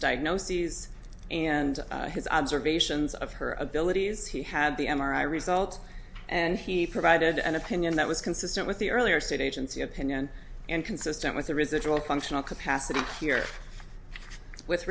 diagnoses and his observations of her abilities he had the m r i result and he provided an opinion that was consistent with the earlier state agency opinion and consistent with the residual functional capacity here with